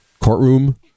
courtroom